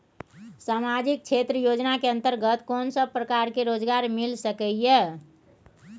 सामाजिक क्षेत्र योजना के अंतर्गत कोन सब प्रकार के रोजगार मिल सके ये?